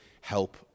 help